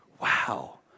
Wow